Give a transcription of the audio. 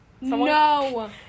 no